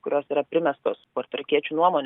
kurios yra primestos puertorikiečių nuomone